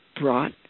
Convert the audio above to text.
brought